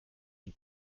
den